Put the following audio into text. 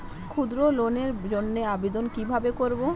ক্ষুদ্র ঋণের জন্য আবেদন কিভাবে করব?